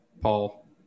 Paul